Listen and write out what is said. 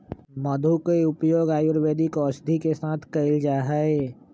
मधु के उपयोग आयुर्वेदिक औषधि के साथ कइल जाहई